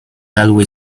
railway